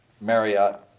Marriott